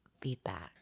feedback